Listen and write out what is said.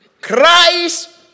Christ